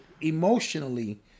emotionally